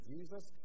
Jesus